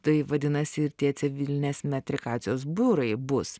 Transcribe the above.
tai vadinasi ir tie civilinės metrikacijos biurai bus